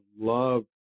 love